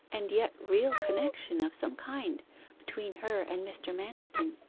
and yet real connection of some kind between her and mr. manston,